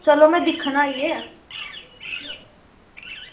चलो में दिक्खना आइयै